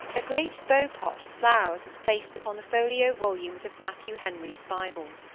a great beau-pot of flowers was placed upon the folio volumes of matthew henry's bible.